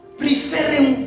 preferring